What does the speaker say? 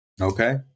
Okay